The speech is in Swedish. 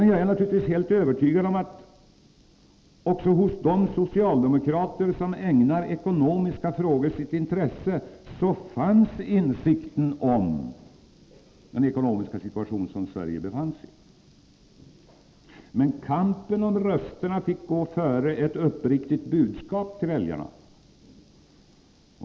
Jag är naturligtvis helt övertygad om att det också hos de socialdemokrater som ägnar ekonomiska frågor sitt intresse fanns en insikt om den ekonomiska situation som Sverige befann sig i. Men kampen om rösterna fick gå före ett uppriktigt budskap till väljarna.